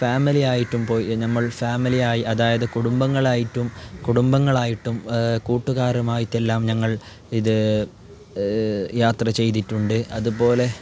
ഫാമിലിയായിട്ടും പോയി നമ്മൾ ഫാമിലിയായി അതായത് കുടുംബങ്ങളായിട്ടും കുടുംബങ്ങളായിട്ടും കൂട്ടുകാരുമായിട്ടെല്ലാം ഞങ്ങൾ ഇത് യാത്ര ചെയ്തിട്ടുണ്ട് അതു പോലെ